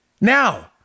Now